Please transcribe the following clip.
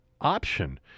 option